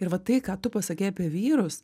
ir va tai ką tu pasakei apie vyrus